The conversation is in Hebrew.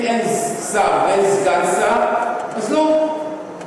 אם אין שר ואין סגן שר אז הוא,